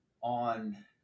on